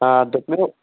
آ دَوٚپمَو